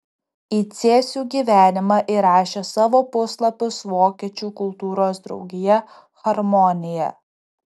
į cėsių gyvenimą įrašė savo puslapius vokiečių kultūros draugija harmonija